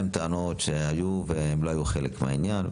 כבר היה להם טענות שהיו והם לא היו חלק מהעניין.